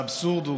והאבסורד הוא,